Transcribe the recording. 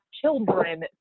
children